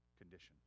condition